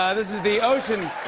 ah this is the ocean.